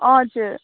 हजुर